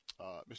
Mr